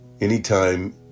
anytime